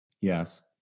Yes